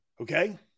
okay